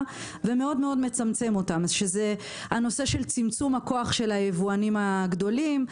ומאוד מצמצם אותם שזה הנושא של צמצום כוח היבואנים הגדולים,